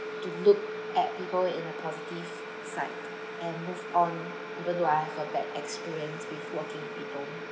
to look at people in a positive sight and move on even though I've a bad experience with working people